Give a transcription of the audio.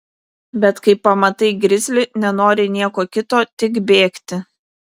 bet kai pamatai grizlį nenori nieko kito tik bėgti